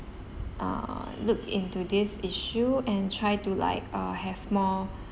uh look into this issue and try to like uh have more